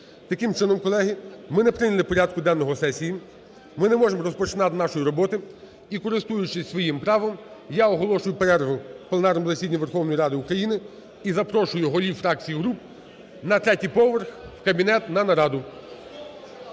Таким чином, колеги, ми не прийняли порядку денного сесії, ми не можемо розпочинати нашої роботи. І, користуючись своїм правом, я оголошую перерву в пленарному засіданні Верховної Ради України. І запрошую голів фракцій і груп на третій поверх в кабінет на нараду.